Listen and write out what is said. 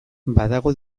badago